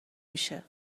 میشه